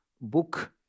book